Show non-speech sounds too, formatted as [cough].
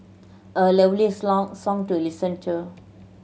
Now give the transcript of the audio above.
a lovely [unintelligible] song to listen to